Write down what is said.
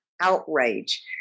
outrage